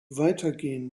weitergehen